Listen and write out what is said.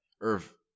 Earth